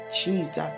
Jesus